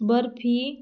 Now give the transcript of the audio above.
barfi